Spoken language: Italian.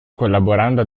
collaborando